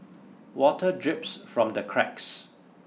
water drips from the cracks